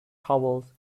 towels